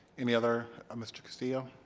any other um mr. castillo?